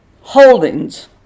holdings